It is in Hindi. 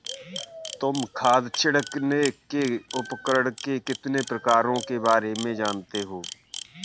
तुम खाद छिड़कने के उपकरण के कितने प्रकारों के बारे में जानते हो?